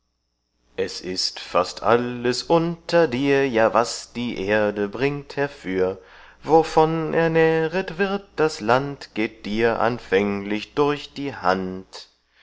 es ist fast alles unter dir ja was die erde bringt herfür wovon ernähret wird das land geht dir anfänglich durch die hand